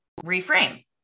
reframe